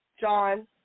John